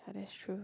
yeah that's true